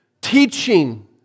teaching